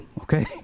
okay